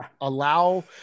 allow –